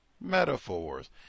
metaphors